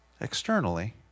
externally